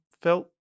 felt